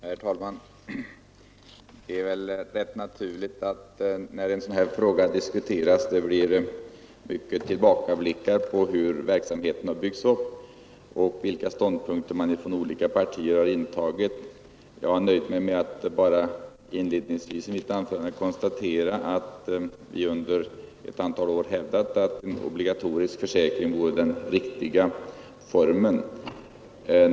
Herr talman! Det är väl rätt naturligt, när en sådan här fråga diskuteras, att det blir mycket tillbakablickar på hur verksamheten har byggts upp och vilka ståndpunkter man från olika partier har intagit. Jag har nöjt mig med att inledningsvis i mitt anförande konstatera att vi under ett antal år hävdat att en obligatorisk försäkring vore den riktiga formen.